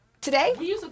Today